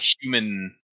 human